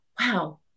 wow